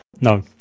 no